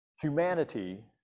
humanity